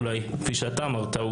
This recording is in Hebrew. אולי כפי שאתה אמרת,